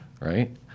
right